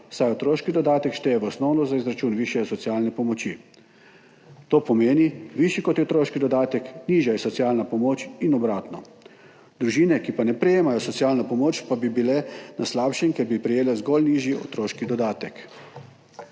saj otroški dodatek šteje v osnovo za izračun višje socialne pomoči. To pomeni, višji kot je otroški dodatek, nižja je socialna pomoč in obratno. Družine, ki pa ne prejemajo socialne pomoči, pa bi bile na slabšem, ker bi prejele zgolj nižji otroški dodatek.